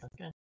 Okay